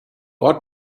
ought